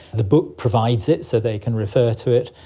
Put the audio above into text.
the book provides it, so they can refer to it.